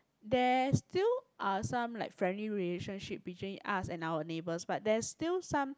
there's still are some like friendly relationship between us and our neighbours but there's still some